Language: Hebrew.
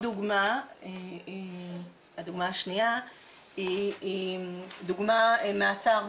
הדוגמא השנייה היא דוגמא מהאתר.